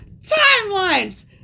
Timelines